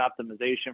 optimization